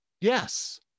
Yes